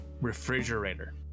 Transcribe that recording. refrigerator